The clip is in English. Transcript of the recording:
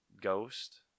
ghost